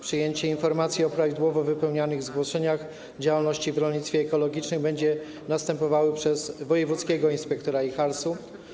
Przyjęcie informacji o prawidłowo wypełnianych zgłoszeniach działalności w rolnictwie ekologicznym będzie następowało przez wojewódzkiego inspektora IJHARS-u.